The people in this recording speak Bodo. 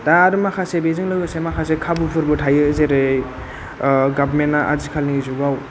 दा आरो माखासे बेजों लोगोसे माखासे खाबुफोरबो थायो जेरै गभर्नमेन्टआ आथिखालनि जुगाव